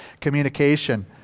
communication